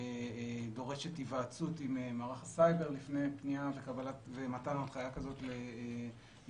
שדורשת היוועצות עם מערך הסייבר לפני פנייה ומתן הנחיה כזאת לגוף,